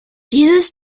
dieses